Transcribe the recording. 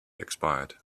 expired